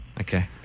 Okay